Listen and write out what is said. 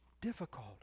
difficult